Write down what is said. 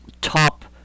top